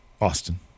Austin